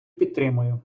підтримую